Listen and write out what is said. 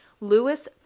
Lewis